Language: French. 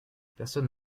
personne